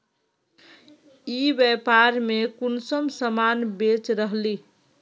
ई व्यापार में कुंसम सामान बेच रहली?